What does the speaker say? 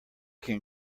can